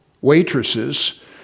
waitresses